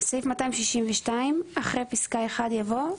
בסעיף 262 - אחרי פסקה (1) יבוא: